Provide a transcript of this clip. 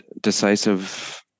decisive